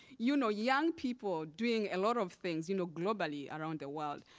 you know young people doing a lot of things you know globally around the world.